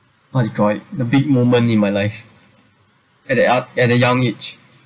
what do you call it the big moment in my life at the ah at a young age